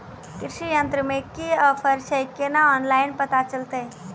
कृषि यंत्र मे की ऑफर छै केना ऑनलाइन पता चलतै?